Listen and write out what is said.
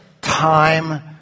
time